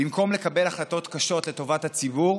במקום לקבל החלטות קשות לטובת הציבור,